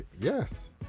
Yes